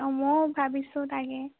অ মইও ভাবিছোঁ তাকে